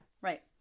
Right